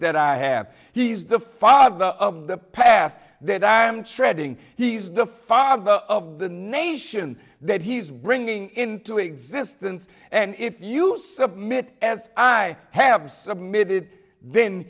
that i have he's the father of the path that i'm treading he's the father of the nation that he's bringing into existence and if you submit as i have submitted then